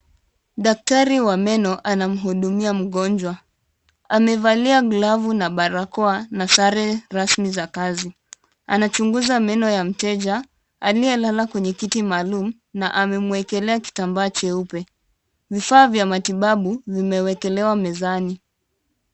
Daktari wa meno anamhudumia mgonjwa. Amevalia glovu na balakoa na sare rasmi za kazi. Anachunguza meno ya mteja, aliyelala kwenye kiti maalum na anamwekelea kitambaa cheupe. Vifaa vya matibabu vimeekelewa mezani.